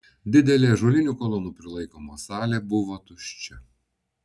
didelė ąžuolinių kolonų prilaikoma salė buvo tuščia